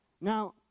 Now